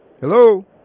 Hello